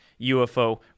UFO